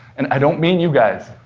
and i don't mean you guys.